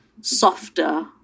softer